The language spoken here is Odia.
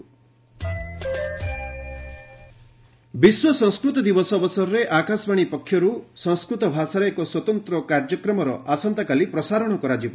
ୱାର୍ଲଡ ସାଂସ୍କିଟ୍ ଡେ ବିଶ୍ୱ ସଂସ୍କୃତ ଦିବସ ଅବସରରେ ଆକାଶବାଣୀ ପକ୍ଷରୁ ସଂସ୍କୃତ ଭାଷାରେ ଏକ ସ୍ୱତନ୍ତ୍ର କାର୍ଯ୍ୟକ୍ରମ ଆସନ୍ତାକାଲି ପ୍ରସାର କରାଯିବ